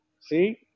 see